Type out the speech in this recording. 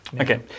Okay